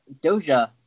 Doja